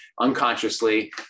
unconsciously